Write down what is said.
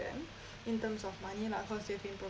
in terms of money lah cause they've been